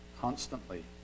Constantly